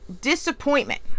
Disappointment